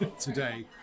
today